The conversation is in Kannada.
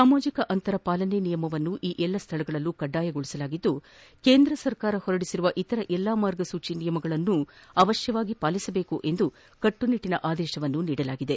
ಸಾಮಾಜಿಕ ಅಂತರ ಪಾಲನೆ ನಿಯಮವನ್ನು ಈ ಎಲ್ಲಾ ಸ್ಥಳಗಳಲ್ಲೂ ಕಡ್ಡಾಯಗೊಳಿಸಲಾಗಿದ್ದು ಕೇಂದ್ರ ಸರ್ಕಾರ ಹೊರಡಿಸಿರುವ ಇತರ ಎಲ್ಲಾ ಮಾರ್ಗಸೂಚಿ ನಿಯಮಗಳನ್ನು ಅವಶ್ಯವಾಗಿ ಪಾಲಿಸಬೇಕು ಎಂದು ಕಟ್ಟುನಿಟ್ಟನ ಆದೇಶ ನೀಡಲಾಗಿದೆ